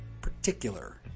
particular